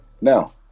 now